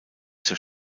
zur